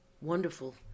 wonderful